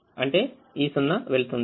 అంటే ఈ 0వెళ్తుంది